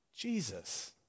Jesus